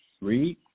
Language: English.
Read